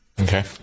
okay